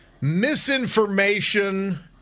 misinformation